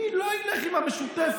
אני לא אלך עם המשותפת.